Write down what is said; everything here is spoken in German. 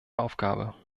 aufgabe